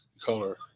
color